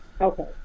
Okay